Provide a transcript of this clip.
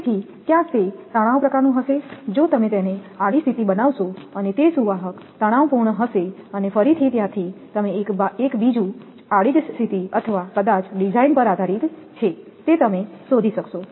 તેથી ક્યાંક તે તણાવ પ્રકારનું હશે જો તમે તેને આડી સ્થિતિ બનાવશો અને તે સુવાહક તણાવપૂર્ણ હશે અને ફરીથી ત્યાંથી તમે એક બીજું જ આડી સ્થિતિ અથવા કદાચ ડિઝાઇન પર આધારિત છે તે તમે શોધી શકશો